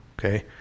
okay